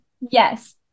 Yes